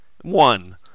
One